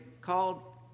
called